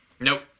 Nope